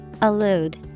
Allude